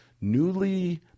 newly